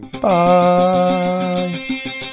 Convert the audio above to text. Bye